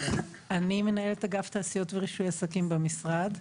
אני מנהל אגף תעשיות ורישוי עסקים במשרד.